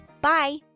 Bye